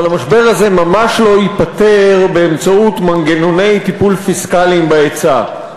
אבל המשבר הזה ממש לא ייפתר באמצעות מנגנוני טיפול פיסקליים בהיצע.